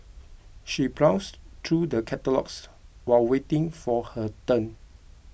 she browsed through the catalogues while waiting for her turn